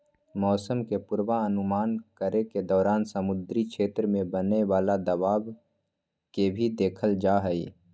मौसम के पूर्वानुमान करे के दौरान समुद्री क्षेत्र में बने वाला दबाव के भी देखल जाहई